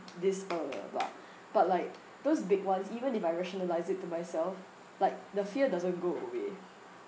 this bla bla bla bla bla but like those big ones even if I rationalise it to myself like the fear doesn't go away